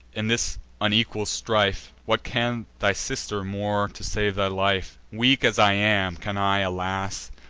in this unequal strife what can thy sister more to save thy life? weak as i am, can i, alas!